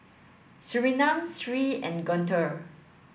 Surinam Sri and Guntur